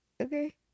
Okay